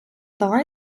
дала